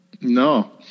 No